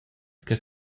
che